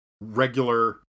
regular